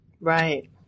Right